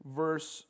verse